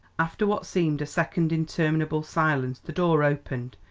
after what seemed a second interminable silence the door opened,